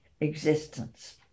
existence